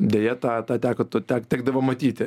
deja tą tą teko tu tek tekdavo matyti